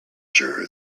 sure